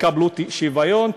תקבלו שוויון,